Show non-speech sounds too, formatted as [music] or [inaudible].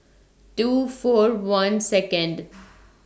two four one Second [noise]